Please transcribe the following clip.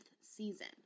season